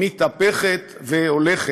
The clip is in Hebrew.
מתהפכת והולכת.